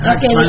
Okay